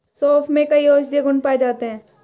सोंफ में कई औषधीय गुण पाए जाते हैं